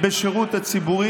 כחוקים אחרים,